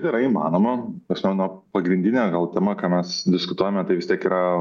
yra įmanoma nes mano pagrindinė gal tema ką mes diskutuojame tai vis tiek yra